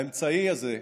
האמצעי הזה,